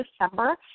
December